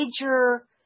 major